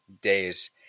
days